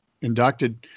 inducted